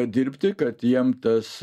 dirbti kad jiem tas